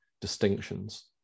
distinctions